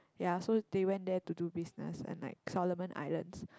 ya so they went there to do business and like Solomon Islands